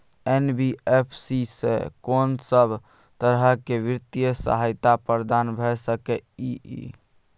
NBFC स कोन सब तरह के वित्तीय सहायता प्रदान भ सके इ? इ